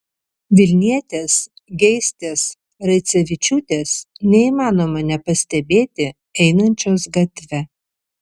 vilnietės geistės raicevičiūtės neįmanoma nepastebėti einančios gatve